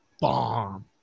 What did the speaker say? bomb